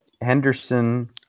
henderson